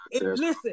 Listen